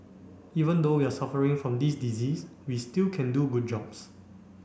even though we are suffering from this disease we still can do good jobs